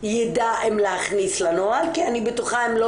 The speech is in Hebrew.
אם גברתי מבקשת התייחסות לסעיפים ספציפיים אין באפשרותי